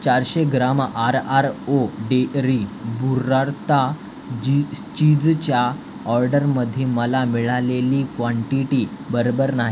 चारशे gram R R O dairy burrata जी चीजच्या ऑर्डरमध्ये मला मिळालेली क्वांटिटी बरोबर नाही